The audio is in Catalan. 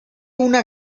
una